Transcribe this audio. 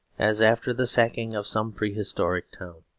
as after the sacking of some prehistoric town.